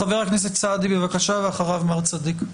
חבר הכנסת סעדי, בבקשה, ואחריו מר צדיק.